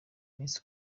miss